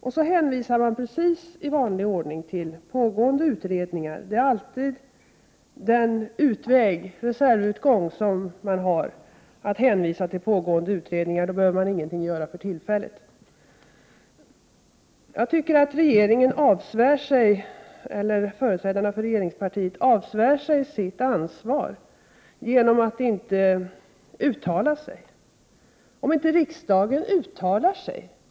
Sedan hänvisar man precis i vanlig ordning till pågående utredningar. Det är alltid den reservutgång man har; då behöver man ingenting göra för tillfället. Jag tycker att företrädarna för regeringspartiet avsvär sig sitt ansvar genom att inte uttala sig.